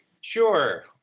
Sure